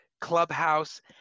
Clubhouse